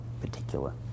particular